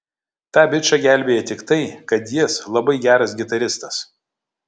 tą bičą gelbėja tik tai kad jis labai geras gitaristas